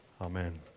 Amen